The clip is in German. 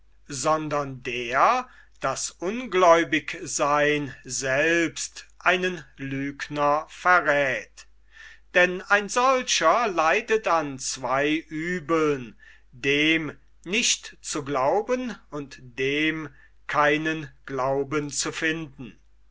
sondern der daß ungläubigseyn selbst einen lügner verräth denn ein solcher leidet an zwei uebeln dem nicht zu glauben und dem keinen glauben zu finden